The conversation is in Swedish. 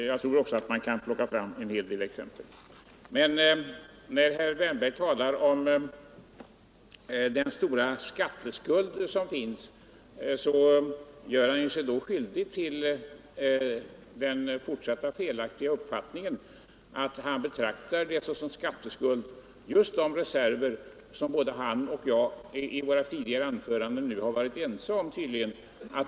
Jag tror också att man kan anföra en hel del exempel som talar för en sådan lösning. När herr Wärnberg talar om att företagen har en stor skatteskuld gör han sig skyldig till den fortsatta felaktiga uppfattningen att som skatteskuld betrakta just de reserver om vars nödvändighet för konsolidering av nä ringslivet både han och jag i våra tidigare anföranden tydligen varit ense om.